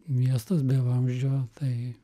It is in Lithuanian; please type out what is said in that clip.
miestas be vamzdžio tai